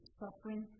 suffering